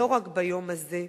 לא רק ביום הזה.